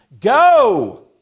go